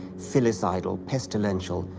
filicidal, pestilential,